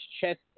chest